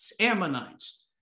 Ammonites